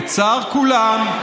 לצער כולם,